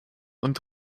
und